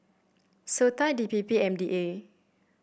SOTA D P P M D A